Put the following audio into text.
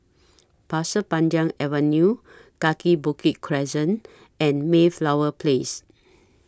Pasir Panjang Avenue Kaki Bukit Crescent and Mayflower Place